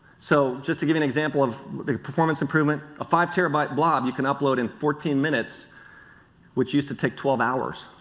so just to give you an example of the performance improvement, a five terabyte blob you can upload in fourteen minutes which used to take twelve hours.